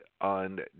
on